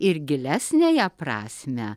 ir gilesniąją prasmę